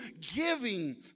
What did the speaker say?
giving